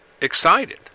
excited